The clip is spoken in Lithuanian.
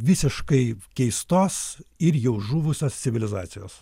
visiškai keistos ir jau žuvusios civilizacijos